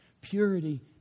Purity